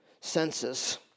senses